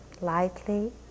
lightly